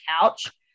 couch